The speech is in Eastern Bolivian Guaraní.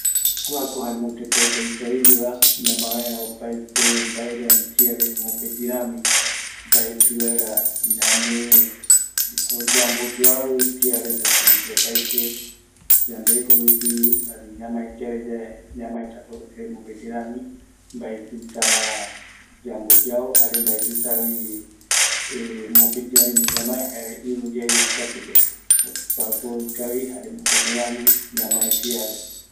﻿Kuako jae mopeti teko ikavigueva ñmae vaera opaete kiare ani mbaere mopeti rami, mbaeti vaera ñame, yamboyoavi kiareta, sinoke opaete, yandereko rupi, ani ñamae kiareyae, ñamaetako je, mopeti rami, mbaetita yamboyao, jare mbaetitavi mopeti vareño ñamae jare irü yaeya ikatupe, jokuako ikavi jare mopeti rami ñamae kiare